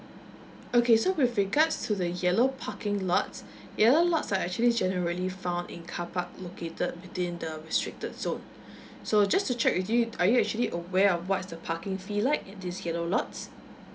okay so with regards to the yellow parking lots yellow lots are actually generally found in carpark located between the restricted zone so just to check with you are you actually aware of what's the parking fee like at this yellow lots